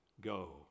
go